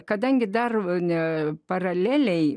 kadangi dar ne paraleliai